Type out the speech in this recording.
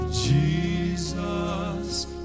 Jesus